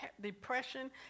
depression